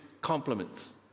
compliments